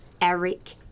Eric